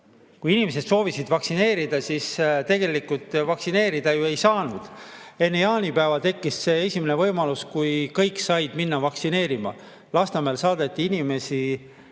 Kui inimesed soovisid vaktsineerida, siis tegelikult nad ju vaktsineerida ei saanud. Enne jaanipäeva tekkis esimene võimalus, kui kõik said minna vaktsineerima. Lasnamäel saadeti inimesi